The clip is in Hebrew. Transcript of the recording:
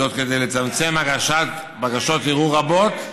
כדי לצמצם הגשת בקשות ערעור רבות,